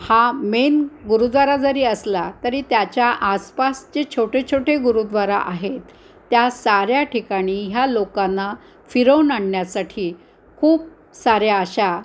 हा मेन गुरुद्वारा जरी असला तरी त्याच्या आसपास जे छोटे छोटे गुरुद्वारा आहेत त्या साऱ्या ठिकाणी ह्या लोकांना फिरवून आणण्यासाठी खूप साऱ्या अशा